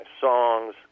songs